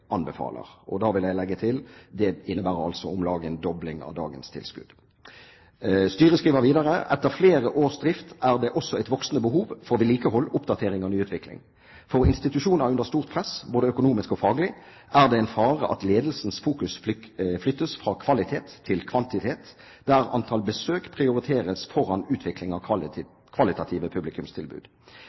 Da vil jeg legge til: Det innebærer altså om lag en dobling av dagens tilskudd. Styret skriver videre: «Etter flere års drift er det også et voksende behov for vedlikehold, oppdatering og nyutvikling. For institusjoner under stort press, både økonomisk og faglig, er det en fare at ledelsens fokus flyttes fra kvalitet til kvantitet, der antall besøk prioriteres foran utvikling av kvalitative publikumstilbud.